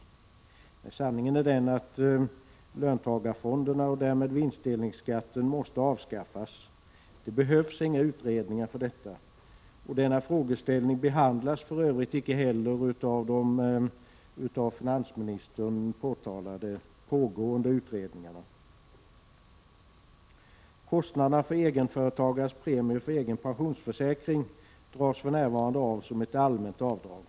Sanningen är den att löntagarfonderna och därmed vinstdelningsskatten måste avskaffas. Det behövs inga utredningar för det. Denna frågeställning »behandlas för övrigt inte heller av de av finansministern omtalade pågående utredningarna. Kostnaderna för egenföretagarnas premier för egen pensionförsäkring dras för närvarande av som ett allmänt avdrag.